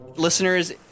Listeners